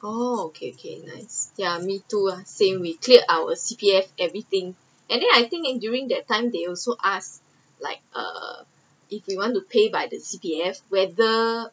oh okay okay nice ya me too ah same we clear our C_P_F everything and then I think in during that time they also asked like uh if you want to pay by the C_P_F whether